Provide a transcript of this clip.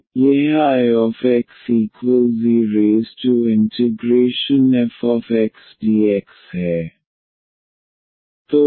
तो यह Ixefxdx है